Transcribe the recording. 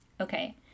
Okay